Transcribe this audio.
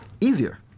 easier